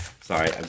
Sorry